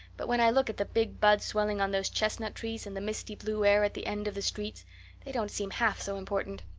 but when i look at the big buds swelling on those chestnut trees and the misty blue air at the end of the streets they don't seem half so important.